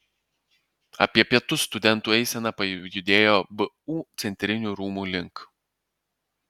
apie pietus studentų eisena pajudėjo vu centrinių rūmų link